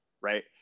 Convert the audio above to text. right